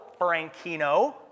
Frankino